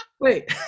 Wait